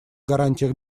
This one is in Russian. гарантиях